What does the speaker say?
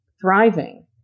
thriving